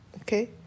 okay